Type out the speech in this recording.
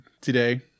today